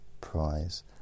prize